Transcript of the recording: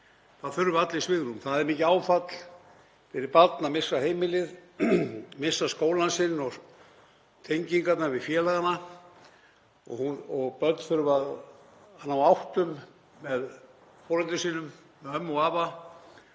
Það þurfa allir svigrúm. Það er mikið áfall fyrir barn að missa heimilið, missa skólann sinn og tengingarnar við félagana. Börn þurfa að ná áttum með foreldrum sínum, með ömmu og afa